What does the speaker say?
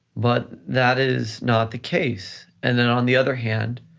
but that is not the case. and then on the other hand,